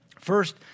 First